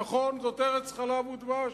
נכון, זאת ארץ חלב ודבש,